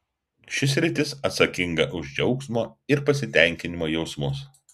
ši sritis atsakinga už džiaugsmo ir pasitenkinimo jausmus